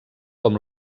com